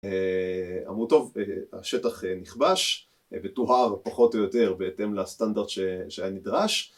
אמרו טוב, השטח נכבש וטוהר פחות או יותר בהתאם לסטנדרט שהיה נדרש